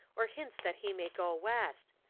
or hints that he may go west.